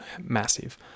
massive